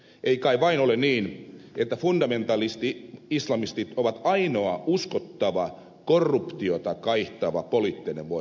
ei kai vain ole niin että fundamentalisti islamistit ovat ainoa uskottava korruptiota kaihtava poliittinen voima maassa